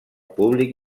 públic